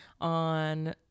on